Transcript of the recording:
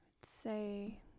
say